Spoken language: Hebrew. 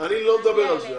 אני לא מדבר על זה.